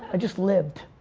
ah just lived,